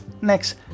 next